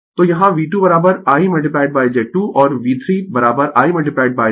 तो यहाँ V2 I Z2 और V3 I Z 3